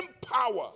power